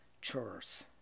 chores